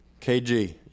KG